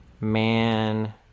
Man